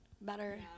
better